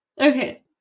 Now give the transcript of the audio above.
Okay